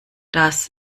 das